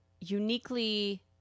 Uniquely